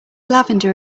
lavender